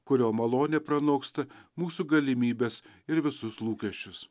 kurio malonė pranoksta mūsų galimybes ir visus lūkesčius